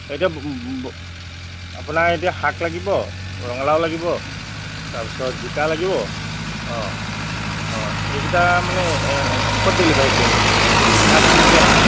এতিয়া আপোনাৰ এতিয়া শাক লাগিব ৰঙালাও লাগিব তাৰপিছত জিকা লাগিব অঁ অঁ এইকেইটা মানে ক'ত ডেলিভাৰী কৰিম এইটো নে আপুনি নিজে আহিব